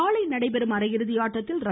நாளை நடைபெறும் அரையிறுதி ஆட்டத்தில் ர